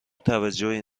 توجهی